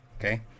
Okay